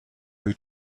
who